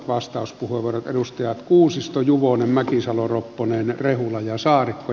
edustajat kuusisto juvonen mäkisalo ropponen rehula ja saarikko